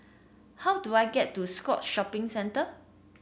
how do I get to Scotts Shopping Centre